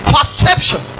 Perception